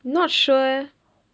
not sure eh